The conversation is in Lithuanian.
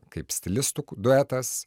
kaip stilistų duetas